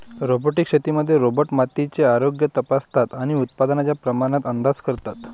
robotic शेतीमध्ये robot मातीचे आरोग्य तपासतात आणि उत्पादनाच्या प्रमाणात अंदाज करतात